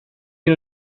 hin